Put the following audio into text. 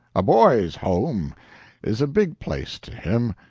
a boy's home is a big place to him.